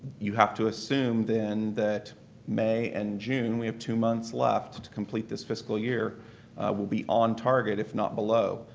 you have to assume, then, that may and june we have two months left to complete this fiscal year will be on target if not below.